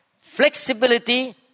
flexibility